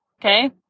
Okay